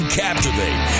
captivate